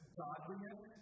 godliness